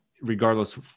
regardless